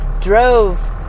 drove